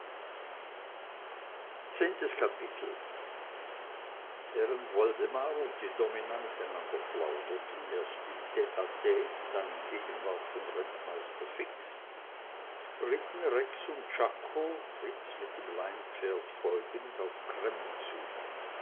zehntes kapitel während woldemar und die domina miteinander plauderten erst im tte tte dann in gegenwart von rentmeister fix ritten rex und czako fritz mit dem leinpferd folgend auf cremmen zu